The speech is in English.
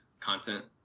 content